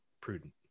prudent